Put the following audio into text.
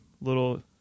little